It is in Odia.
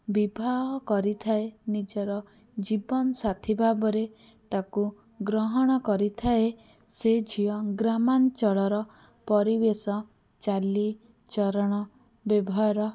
ବିବାହ କରିଥାଏ ନିଜର ଜୀବନ ସାଥୀ ଭାବରେ ତାକୁ ଗ୍ରହଣ କରିଥାଏ ସେ ଝିଅ ଗ୍ରାମାଞ୍ଚଳର ପରିବେଶ ଚାଲିଚଳଣ ବ୍ୟବହାର